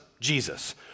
Jesus